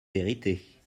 vérités